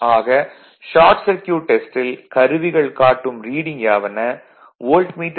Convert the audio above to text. ஆக short circuit டெஸ்டில் கருவிகள் காட்டும் ரீடிங் யாவன வோல்ட்மீட்டர் ரீடிங் 13